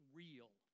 real